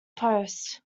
post